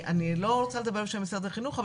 אני לא רוצה לדבר בשם משרד החינוך אבל